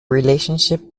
relationship